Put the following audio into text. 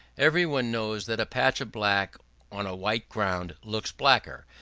every one knows that a patch of black on a white ground looks blacker,